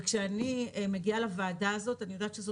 כשאני מגיעה לוועדה הזאת אני יודעת שזו